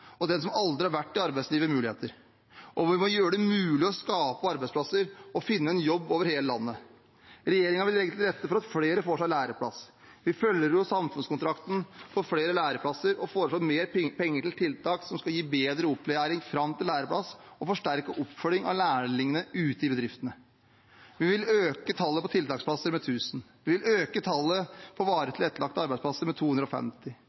og den som aldri har vært i arbeidslivet, muligheter. Og vi må gjøre det mulig å skape arbeidsplasser og finne en jobb over hele landet. Regjeringen vil legge til rette for at flere får læreplass. Vi følger opp samfunnskontrakten for flere læreplasser og foreslår mer penger til tiltak som skal gi bedre opplæring fram til læreplass og forsterke oppfølgingen av lærlingene ute i bedriftene. Vi vil øke tallet på tiltaksplasser med 1 000. Vi vil øke tallet på varig tilrettelagte arbeidsplasser med 250.